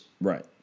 right